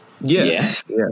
yes